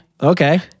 Okay